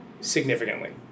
significantly